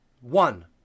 one